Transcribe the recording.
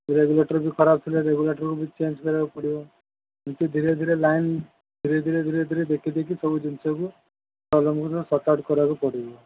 regulator ବି ଖରାପ ଥିଲେ ରେଗୁଲେଟର୍ ବି ଚେଞ୍ଜ୍ କରିବାକୁ ପଡ଼ିବ କିନ୍ତୁ ଧୀରେ ଧୀରେ ଲାଇନ୍ ଧୀରେ ଧୀରେ ଧୀରେ ଧୀରେ ଦେଖି ଦେଖି ସବୁ ଜିନିଷକୁ ଆରମ୍ଭରୁ ସଟ୍ ଆଉଟ୍ କରିବାକୁ ପଡ଼ିବ